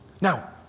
Now